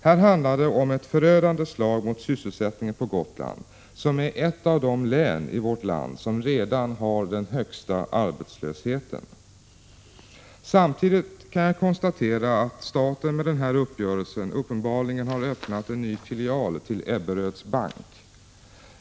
Här handlar det om ett förödande slag mot sysselsättningen på Gotland, som är ett av de län i vårt land som redan har den högsta arbetslösheten. Samtidigt kan jag konstatera att staten med denna uppgörelse uppenbarligen har öppnat en ny filial till Ebberöds bank.